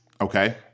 Okay